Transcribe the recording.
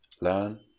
Learn